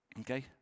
okay